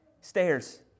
stairs